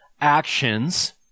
actions